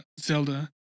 Zelda